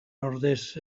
ordez